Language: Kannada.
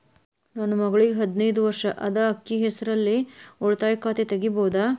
ನನ್ನ ಮಗಳಿಗೆ ಹದಿನೈದು ವರ್ಷ ಅದ ಅಕ್ಕಿ ಹೆಸರಲ್ಲೇ ಉಳಿತಾಯ ಖಾತೆ ತೆಗೆಯಬಹುದಾ?